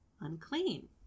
unclean